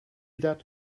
that